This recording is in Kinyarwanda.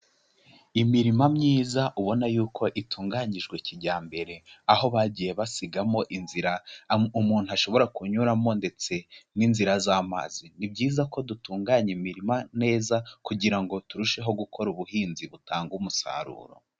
Imirima myiza ubona yuko itunganyijwe kijyambere aho bagiye basigamo inzira umuntu ashobora kunyuramo ndetse n'inzira z'amazi. Ni byiza ko dutunganya imirima neza kugira ngo turusheho gukora ubuhinzi butanga umusaruro.